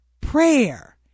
Prayer